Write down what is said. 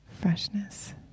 Freshness